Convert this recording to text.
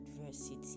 adversity